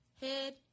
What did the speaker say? Head